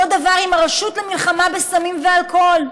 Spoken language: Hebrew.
אותו דבר עם הרשות למלחמה בסמים ואלכוהול,